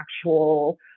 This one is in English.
actual